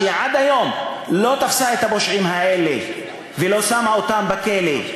שעד היום לא תפסה את הפושעים האלה ולא שמה אותם בכלא,